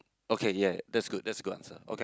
okay yea that's good that's good answer okay